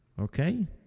okay